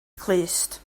clust